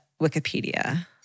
Wikipedia